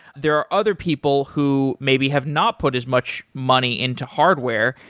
there are other people who maybe have not put as much money into hardware,